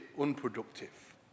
unproductive